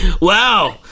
Wow